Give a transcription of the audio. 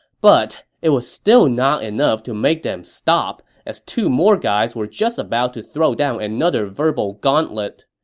but it was still not enough to make them stop, as two more guys were just about to throw down another verbal gauntlet.